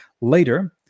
Later